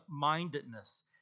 mindedness